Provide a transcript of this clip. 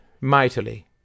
mightily